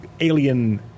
alien